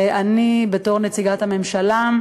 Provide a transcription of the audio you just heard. ואני בתור נציגת הממשלה,